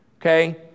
Okay